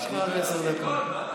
יש רק עשר דקות.